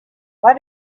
why